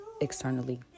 externally